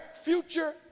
future